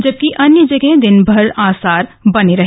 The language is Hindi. जबकि अन्य जगह दिनमर आसार बने रहे